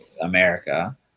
america